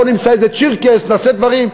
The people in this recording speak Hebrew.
בוא ונמצא איזה "שירקס" ונעשה דברים.